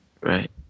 Right